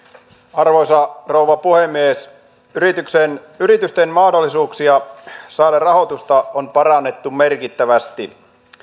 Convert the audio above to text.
arvoisa rouva puhemies yritysten mahdollisuuksia saada rahoitusta on parannettu merkittävästi